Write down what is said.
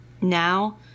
Now